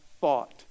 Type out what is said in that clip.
thought